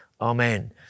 Amen